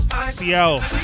CL